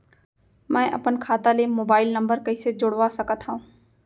मैं अपन खाता ले मोबाइल नम्बर कइसे जोड़वा सकत हव?